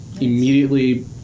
immediately